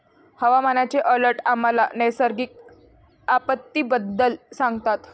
हवामानाचे अलर्ट आम्हाला नैसर्गिक आपत्तींबद्दल सांगतात